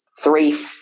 three